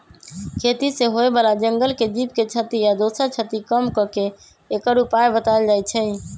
खेती से होय बला जंगल के जीव के क्षति आ दोसर क्षति कम क के एकर उपाय् बतायल जाइ छै